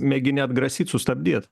mėgini atgrasyt sustabdyt